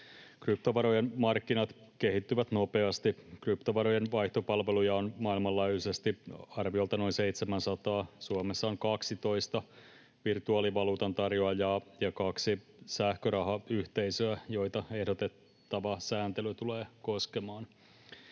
Kryptovarojen markkinat kehittyvät nopeasti. Kryptovarojen vaihtopalveluja on maailmanlaajuisesti arviolta noin 700. Suomessa on 12 virtuaalivaluutan tarjoajaa ja kaksi sähkörahayhteisöä, joita ehdotettava sääntely tulee koskemaan.